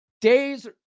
days